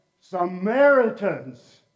Samaritans